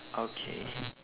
okay